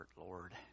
Lord